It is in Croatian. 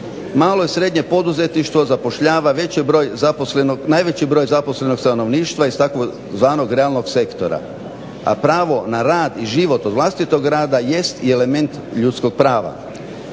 Malo srednje poduzetništvo zapošljava veći broj zaposlenog, najveći broj zaposlenog stanovništva iz tzv. realnog sektora a pravo na rad i život od vlastitog rada jest element ljudskog prava.